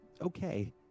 okay